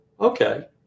okay